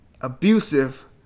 abusive